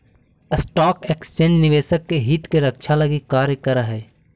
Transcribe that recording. stock exchange निवेशक के हित के रक्षा लगी कार्य करऽ हइ